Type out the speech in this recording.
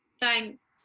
Thanks